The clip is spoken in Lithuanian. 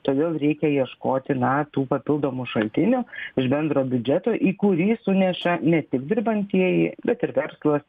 todėl reikia ieškoti na tų papildomų šaltinių iš bendro biudžeto į kurį suneša ne tik dirbantieji bet ir verslas